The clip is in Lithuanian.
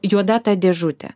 juoda ta dėžutė